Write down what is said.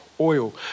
oil